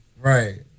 Right